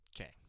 Okay